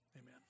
Amen